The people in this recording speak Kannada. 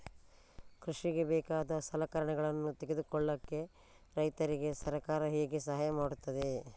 ಕೃಷಿಗೆ ಬೇಕಾದ ಸಲಕರಣೆಗಳನ್ನು ತೆಗೆದುಕೊಳ್ಳಿಕೆ ರೈತರಿಗೆ ಸರ್ಕಾರ ಹೇಗೆ ಸಹಾಯ ಮಾಡ್ತದೆ?